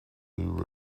and